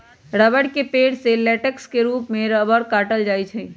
रबड़ के पेड़ से लेटेक्स के रूप में रबड़ काटल जा हई